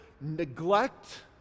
neglect